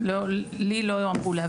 לי לא אמרו להביא דו"חות.